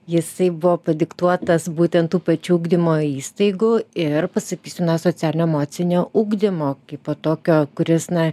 jisai buvo padiktuotas būtent tų pačių ugdymo įstaigų ir pasakysiu na socialinio emocinio ugdymo kaipo tokio kuris na